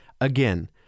Again